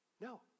No